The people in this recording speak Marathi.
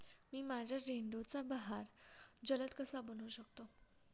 मी माझ्या झेंडूचा बहर जलद कसा बनवू शकतो?